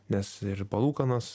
nes ir palūkanos